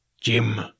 Jim